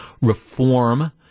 reform